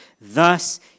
Thus